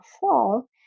fall